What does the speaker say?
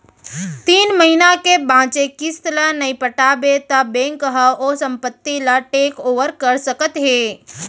तीन महिना के बांचे किस्त ल नइ पटाबे त बेंक ह ओ संपत्ति ल टेक ओवर कर सकत हे